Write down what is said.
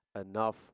enough